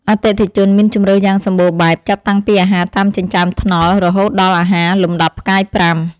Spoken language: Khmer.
អតិថិជនមានជម្រើសយ៉ាងសម្បូរបែបចាប់តាំងពីអាហារតាមចិញ្ចើមថ្នល់រហូតដល់អាហារលំដាប់ផ្កាយប្រាំ។